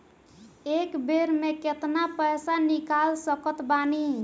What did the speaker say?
एक बेर मे केतना पैसा निकाल सकत बानी?